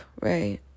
right